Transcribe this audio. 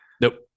Nope